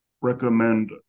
recommend